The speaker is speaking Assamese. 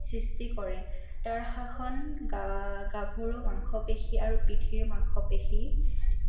সৃষ্টি কৰে তাড়াসন গাভৰু মাংসপেশী আৰু পিঠিৰ মাংসপেশী